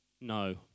No